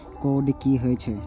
Code की होय छै?